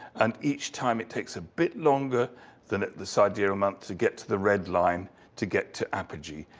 and each time it takes a bit longer than the sidereal month to get to the red line to get to apogee.